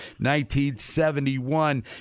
1971